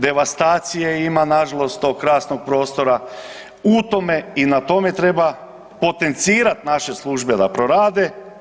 Devastacije ima nažalost tog krasnog prostora u tome i na tome treba potencirati naše službe da prorade.